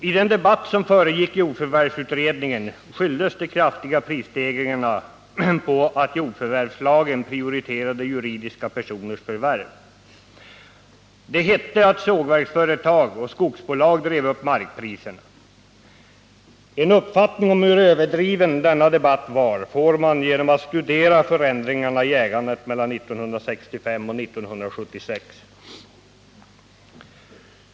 I den debatt som föregick jordförvärvsutredningen skylldes de kraftiga prisstegringarna på att jordförvärvslagen prioriterade juridiska personers förvärv. Det hette att sågverksföretag och skogsbolag drev upp markpriserna. En uppfattning om hur överdriven denna debatt var får man genom att studera förändringarna i ägandet mellan 1965 och 1976.